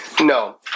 No